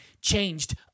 changed